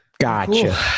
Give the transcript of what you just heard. Gotcha